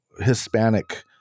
Hispanic